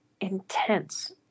intense